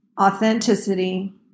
authenticity